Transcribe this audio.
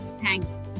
Thanks